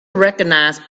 recognize